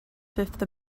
fifth